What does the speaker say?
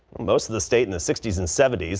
most of the state in the sixty s and seventy s,